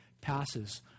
passes